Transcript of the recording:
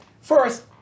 First